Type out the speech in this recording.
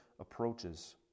approaches